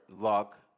Luck